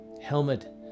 Helmet